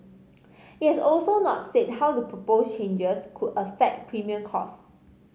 it has also not said how the proposed changes could affect premium costs